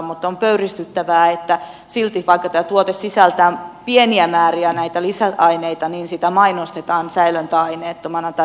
mutta on pöyristyttävää että silti vaikka tämä tuote sisältää pieniä määriä näitä lisäaineita sitä mainostetaan säilöntäaineettomana tai lisäaineettomana